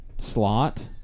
slot